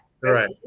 right